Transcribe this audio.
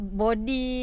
body